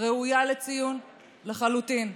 ראויה לציון לחלוטין.